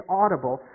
audible